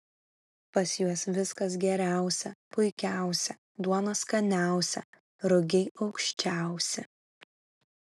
pas juos viskas geriausia puikiausia duona skaniausia rugiai aukščiausi